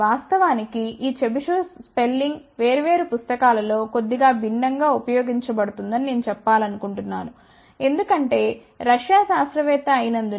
వాస్తవానికి ఈ Chebyshev spelling వేర్వేరు పుస్తకాలలో కొద్దిగా భిన్నంగా ఉపయోగించబడుతుందని నేను చెప్పాలనుకుంటున్నాను ఎందుకంటే రష్యా శాస్త్రవేత్త అయినందున